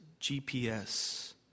GPS